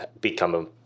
become